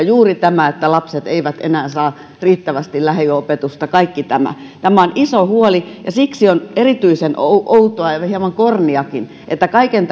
juuri tästä että lapset eivät enää saa riittävästi lähiopetusta kaikesta tästä tämä on iso huoli ja siksi on erityisen outoa ja hieman korniakin että kaiken